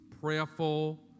prayerful